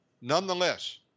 Nonetheless